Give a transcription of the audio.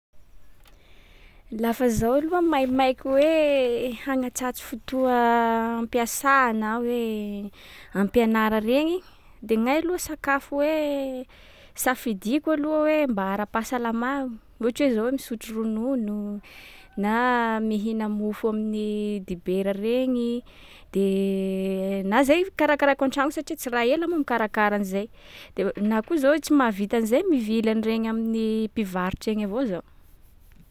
Lafa zaho aloha maimaiky hoe hanatsatsy fotoà am-piasà na hoe am-pianara regny, de gnahy loha sakafo hoe safidiako aloha hoe mba ara-pasalama: ohatry hoe zao hoe misotro ronono, na mihina mofo amin’ny dibera regny. De na zay karakaraiko an-trano satria tsy raha ela mikarakara an’zay. De na koa zao tsy mahavita an’zay, mivily an’regny amin’ny mpivarotry egny avao zaho.